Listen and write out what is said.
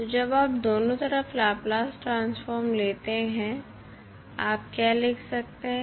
तो जब आप दोनों तरफ लाप्लास ट्रांसफॉर्म लेते हैं आप क्या लिख सकते हैं